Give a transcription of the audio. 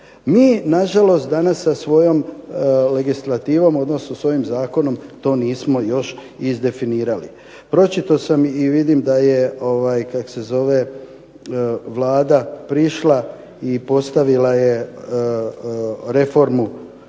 Mi nažalost danas sa svojom legislativom, odnosno s ovim zakonom to nismo još izdefinirali. Pročitao sam i vidim da je Vlada prišla i postavila je reformu